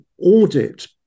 audit